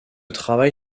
travail